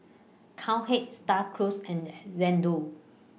Cowhead STAR Cruise and Xndo